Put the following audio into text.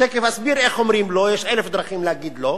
תיכף אסביר איך אומרים לא, יש אלף דרכים להגיד לא,